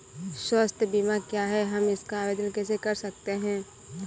स्वास्थ्य बीमा क्या है हम इसका आवेदन कैसे कर सकते हैं?